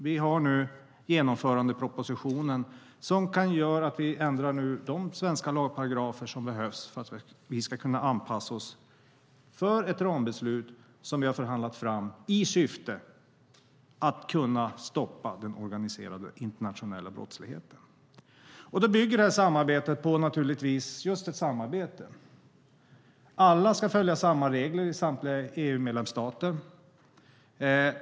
Nu har vi genomförandepropositionen, som innebär att vi ändrar de svenska lagparagrafer som behövs för att vi ska kunna anpassa oss till ett rambeslut som vi har förhandlat fram i syfte att stoppa den organiserade internationella brottsligheten. Det bygger just på ett samarbete. Alla ska följa samma regler i samtliga EU-stater.